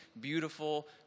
beautiful